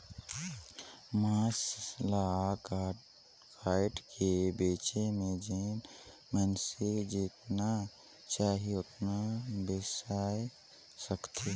मांस ल कायट के बेचे में जेन मइनसे जेतना चाही ओतना बेसाय सकथे